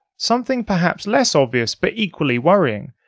something perhaps less obvious, but equally worrying,